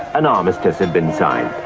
an armistice had been signed.